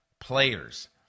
players